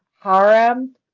harem